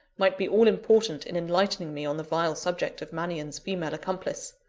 might be all-important in enlightening me on the vile subject of mannion's female accomplice.